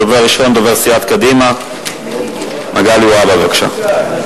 הדובר הראשון, דובר סיעת קדימה, מגלי והבה, בבקשה.